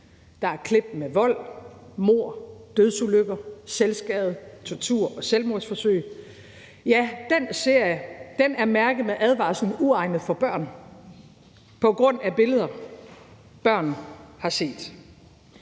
der er klip med vold, mord, dødsulykker, selvskade, tortur og selvmordsforsøg – er mærket med advarslen uegnet for børn på grund af billeder, børn har set.